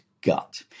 gut